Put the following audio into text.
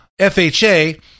FHA